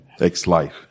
Ex-life